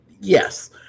Yes